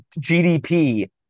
gdp